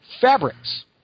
Fabrics